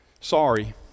Sorry